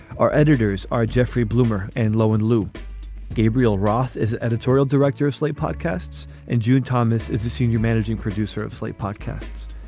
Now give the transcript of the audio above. our editors are geoffrey blumer and lo and luke gabriel roth is editorial director of slate podcasts and jude thomas is the senior managing producer of slate podcasts.